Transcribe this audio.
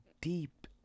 deep